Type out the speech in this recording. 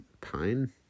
Pine